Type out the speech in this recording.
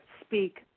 speak